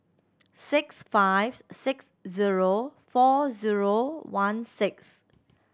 six five six zero four zero one six